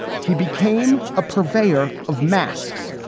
he became a purveyor of masks,